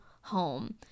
home